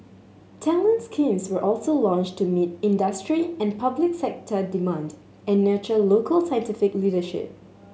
talent schemes were also launched to meet industry and public sector demand and nurture local scientific leadership